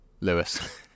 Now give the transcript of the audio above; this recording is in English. Lewis